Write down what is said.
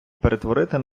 перетворити